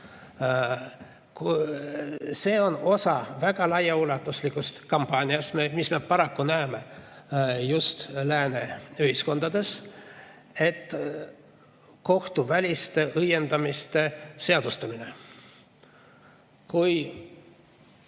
See on osa väga laiaulatuslikust kampaaniast, mida paraku näeme just lääne ühiskondades, see on kohtuväliste õiendamiste seadustamine.